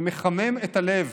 זה מחמם את הלב,